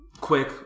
Quick